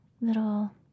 little